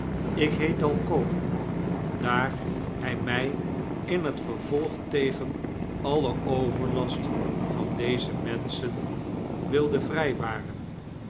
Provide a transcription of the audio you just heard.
ik heet dalcott daar hy my in t vervolg tegen alien overlast van deze menschen wilde vrijwaren